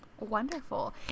Wonderful